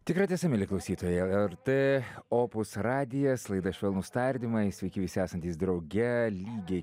tikra tiesa mieli klausytojai lrt opus radijas laida švelnūs tardymai sveiki visi esantys drauge lygiai